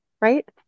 right